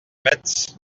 mets